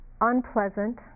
unpleasant